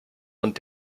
und